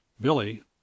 Billy